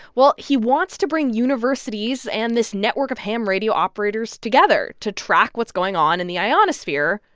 well, he wants to bring universities and this network of ham radio operators together to track what's going on in the ionosphere,